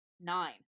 nine